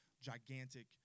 gigantic